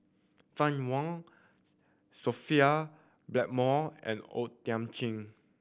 Fann Wong Sophia Blackmore and O Thiam Chin